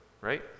right